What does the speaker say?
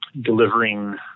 delivering